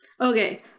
Okay